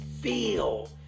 feel